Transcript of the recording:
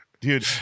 dude